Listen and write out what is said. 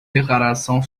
declaração